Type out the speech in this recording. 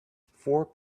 four